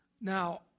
Now